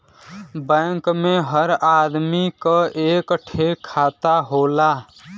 bank मे हर आदमी क एक ठे खाता होला